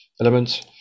elements